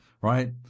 right